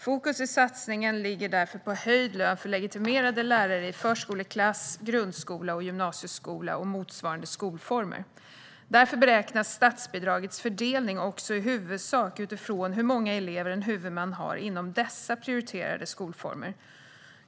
Fokus i satsningen ligger därför på höjd lön för legitimerade lärare i förskoleklass, grundskola, gymnasieskola och motsvarande skolformer. Därför beräknas statsbidragets fördelning också i huvudsak utifrån hur många elever en huvudman har inom dessa prioriterade skolformer.